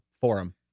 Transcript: Forum